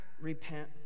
repent